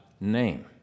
name